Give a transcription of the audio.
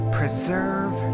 preserve